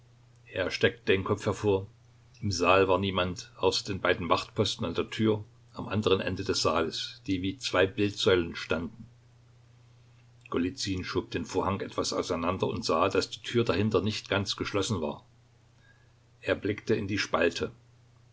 er steckte den kopf hervor im saal war niemand außer den beiden wachtposten an der tür am anderen ende des saales die wie zwei bildsäulen standen golizyn schob den vorhang etwas auseinander und sah daß die tür dahinter nicht ganz geschlossen war er blickte in die spalte